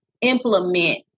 implement